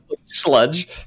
sludge